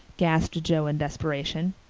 gasped joe in desperation.